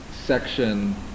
section